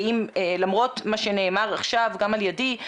האם למרות מה שנאמר עכשיו גם על ידי,